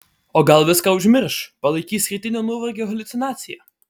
o gal viską užmirš palaikys rytinio nuovargio haliucinacija